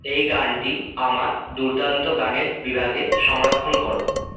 এই গানটি আমার দুর্দান্ত গানের বিভাগে সংরক্ষণ করো